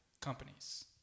companies